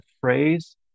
phrase